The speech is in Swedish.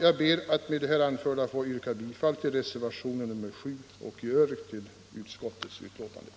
Jag ber att med det här anförda yrka bifall till reservationen 7 och i övrigt till vad utskottet hemställt.